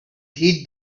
heed